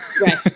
Right